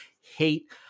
hate